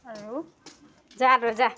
আৰু যা তই যা